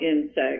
insects